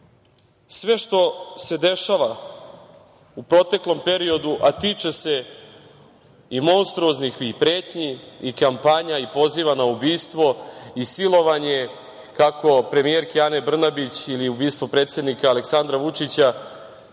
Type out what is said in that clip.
što se dešavalo u proteklom periodu, a tiče se i monstruoznih i pretnji i kampanja i poziva na ubistvo i silovanje, kako premijerke Ane Brnabić ili ubistvo predsednika Aleksandra Vučića,